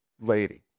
lady